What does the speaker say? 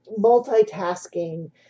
multitasking